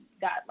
got